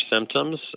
symptoms